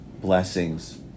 blessings